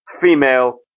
Female